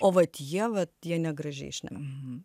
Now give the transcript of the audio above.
o vat jie vat jie negražiai šneka